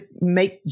make